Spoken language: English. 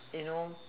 you know